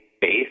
base